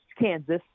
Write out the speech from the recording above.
Kansas